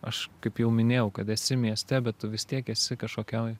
aš kaip jau minėjau kad esi mieste bet tu vis tiek esi kažkokioj